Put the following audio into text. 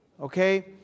Okay